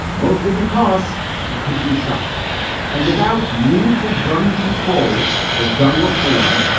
mostly because they could be shot and without meaningful gun control or gun reform.